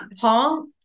Paul